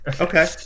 Okay